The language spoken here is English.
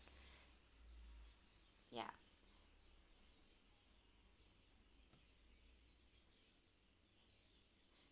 ya